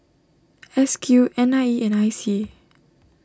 S Q N I E and I C A